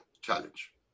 challenge